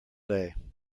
day